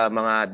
mga